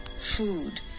food